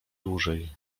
dłużej